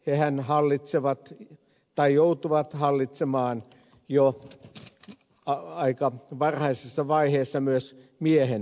hehän hallitsevat tai joutuvat hallitsemaan jo aika varhaisessa vaiheessa myös miehen elämää